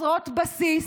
חסרות בסיס,